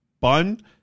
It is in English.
bun